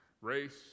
Race